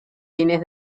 fines